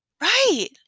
Right